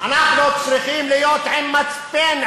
אנחנו צריכים להיות עם מצפן,